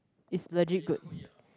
is legit good